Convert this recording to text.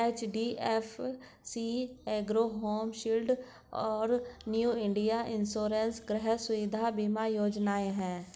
HDFC ergo home shield और new India insurance गृह सुविधा बीमा योजनाएं हैं